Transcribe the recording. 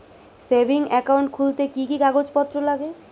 Savings account খুলতে কি কি কাগজপত্র লাগে?